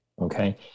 Okay